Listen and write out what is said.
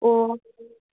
ꯑꯣ